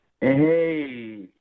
Hey